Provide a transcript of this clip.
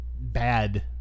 bad